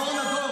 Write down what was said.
גאון.